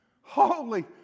Holy